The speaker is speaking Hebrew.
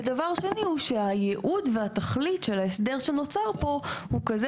ודבר שני הוא שהייעוד והתכלית של ההסדר שנוצר פה הוא כזה